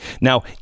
Now